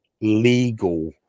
legal